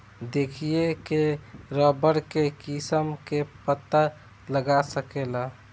देखिए के रबड़ के किस्म के पता लगा सकेला